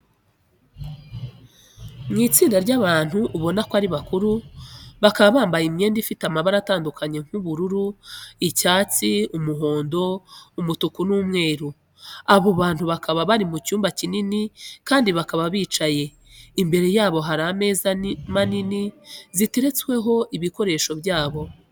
Ni itsinda ry'abantu ubona ko ari bakuru, bakaba bambaye imyenda ifite amabara atandukanye nk'ubururu, icyatsi, umuhondo, umutuku n'umweru. Abo bantu bakaba bari mu cyumba kinini kandi bakaba bicaye, imbere yabo hari imeza nini ziteretseho ibikoresho byabo.